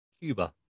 Cuba